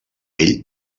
ell